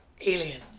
Aliens